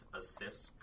assists